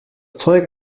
zeug